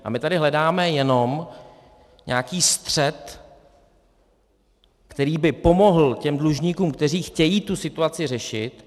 A my tady hledáme jenom nějaký střed, který by pomohl těm dlužníkům, kteří chtějí tu situaci řešit.